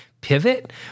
pivot